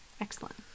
excellent